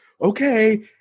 okay